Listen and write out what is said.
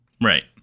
right